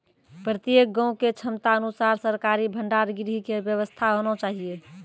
प्रत्येक गाँव के क्षमता अनुसार सरकारी भंडार गृह के व्यवस्था होना चाहिए?